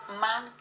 man